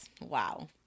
Wow